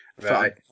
Right